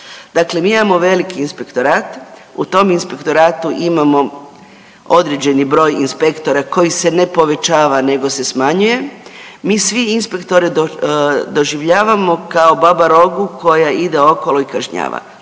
Dakle, mi imamo veliki inspektorat, u tom inspektoratu imamo određeni broj inspektora koji se ne povećava nego se smanjuje. Mi svi inspektore doživljavamo kao baba rogu koja ide okolo i kažnjava.